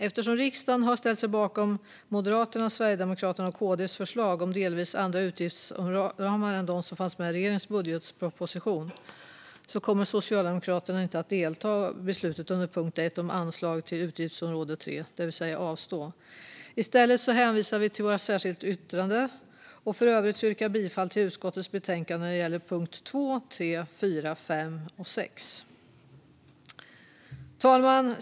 Eftersom riksdagen har ställt sig bakom Moderaternas, Sverigedemokraternas och KD:s förslag om delvis andra utgiftsramar än de som fanns med i regeringens budgetproposition kommer Socialdemokraterna inte att delta i beslutet under punkt 1 om anslag inom utgiftsområde 3, det vill säga avstå. I stället hänvisar vi till vårt särskilda yttrande. I övrigt yrkar jag bifall till utskottets betänkande när det gäller punkt 2, 3, 4, 5 och 6. Fru talman!